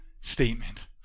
statement